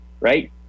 right